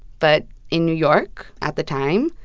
but in new york at the time,